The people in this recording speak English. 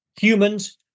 humans